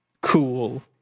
Cool